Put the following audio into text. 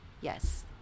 yes